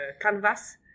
canvas